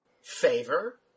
Favor